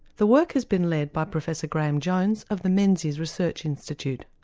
the work has been led by professor graeme jones of the menzies research institute.